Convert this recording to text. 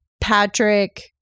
Patrick